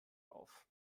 auf